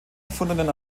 gefundenen